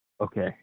Okay